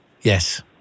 Yes